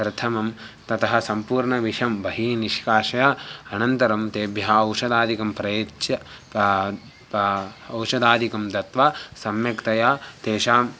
प्रथमं ततः सम्पूर्णविषं बहिः निष्कास्य अनन्तरं तेभ्यः औषधादिकं प्रयच्य पा पा ओषधादिकं दत्वा सम्यक्तया तेषां